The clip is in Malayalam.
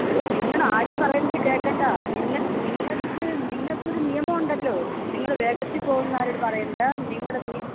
എടോ നിങ്ങടെ ആരും പറയുന്നത് കേള്ക്കണ്ട നിങ്ങള് നിങ്ങള്ക്ക് നിങ്ങള്ക്ക് ഒരു നിയമം ഉണ്ടല്ലോ നിങ്ങള് വേഗത്തില് പോകുന്നവരോട് പറയണ്ട നിങ്ങളുടെ